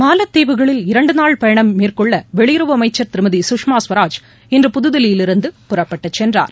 மாலத்தீவுகளில் இரண்டுநாள் பயணம் மேற்கொள்ளவெளியுறவு அமைச்சர் திருமதி குஷ்மாகவராஜ் இன்று புதுதில்லியிலிருந்து புறப்பட்டுசென்றார்